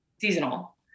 seasonal